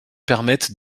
permettent